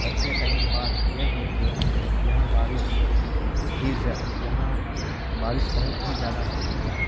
سب سے اہم بات یہ ہے کہ یہاں بارش ہی یہاں بارش بہت ہی زیادہ ہوتی ہے